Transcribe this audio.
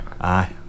Aye